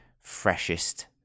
freshest